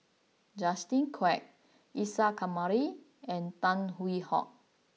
Justin Quek Isa Kamari and Tan Hwee Hock